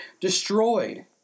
destroyed